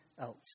else